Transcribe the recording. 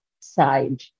side